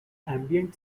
ambient